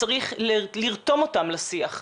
צריך לרתום אותם לשיח,